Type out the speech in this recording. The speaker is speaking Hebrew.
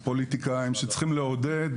איפה שאר הפוליטיקאים שצריכים לעודד